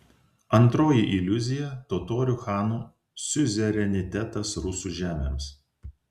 antroji iliuzija totorių chanų siuzerenitetas rusų žemėms